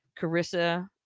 Carissa